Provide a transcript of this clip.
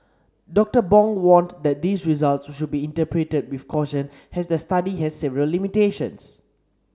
Doctor Bong warned that these results should be interpreted with caution as the study has several limitations